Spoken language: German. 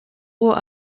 uhr